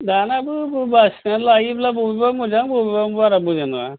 दानियाबो सायख'नानै लायोबा बबेबा मोजां बबेबा बारा मोजां नङा